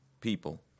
people